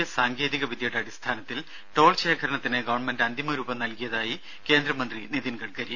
S സാങ്കേതിക വിദ്യയുടെ അടിസ്ഥാനത്തിൽ ടോൾ ശേഖരണത്തിന് ഗവൺമെന്റ് അന്തിമ രൂപം നൽകിയതായി കേന്ദ്ര മന്ത്രി നിതിൻ ഗഡ്കരി